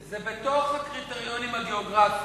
זה בתוך הקריטריונים הגיאוגרפיים,